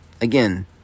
again